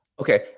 Okay